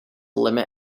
limit